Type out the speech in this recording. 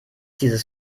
dieses